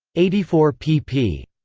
eighty four pp.